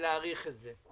להאריך את האישור?